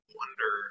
wonder